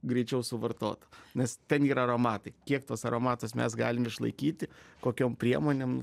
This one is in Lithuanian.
greičiau suvartota nes ten yra aromatai kiek tuos aromatus mes galim išlaikyti kokiom priemonėm